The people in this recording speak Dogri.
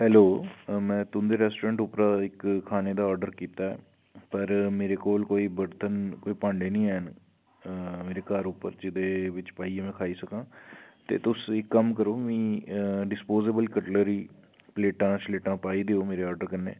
हैलो में तुंदे रेस्टोरेंट उप्पर इक्क खानै दा ऑर्डर कीता पर मेरे कोल कोई बरतन भांडे निं हैन मेरे घर उप्पर जेह्दे बिच में पाइयै खाई सकां ते तुस इक्क कम्म करो कि मिगी डिस्पोजेबल प्लेटां पाई देओ मेरे कन्नै